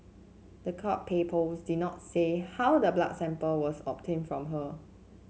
the court did not say how the blood sample was obtained from her